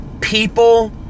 people